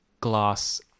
glass